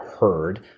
heard